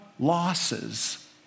Losses